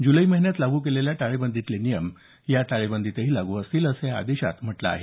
जुलै महिन्यात लागू केलेल्या टाळेबंदीतले नियम या टाळेबंदीत लागू असतील असं या आदेशात म्हटलं आहे